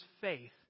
faith